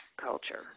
culture